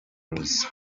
borozi